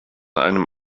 einem